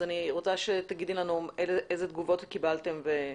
אז אני רוצה שתגידי לנו איזה תגובות קיבלתם על זה,